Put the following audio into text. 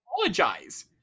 apologize